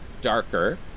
darker